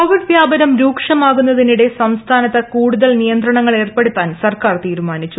Covid വ്യാപനം രൂക്ഷമാകുന്നതിനിടെ സംസ്ഥാനത്ത് കൂടുതൽ നിയന്ത്രണങ്ങൾ ഏർപ്പെടുത്താൻ സർക്കാർ തീരുമാനിച്ചു